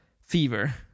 fever